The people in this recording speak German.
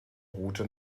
route